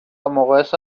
مقایسه